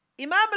Imam